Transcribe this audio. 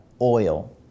oil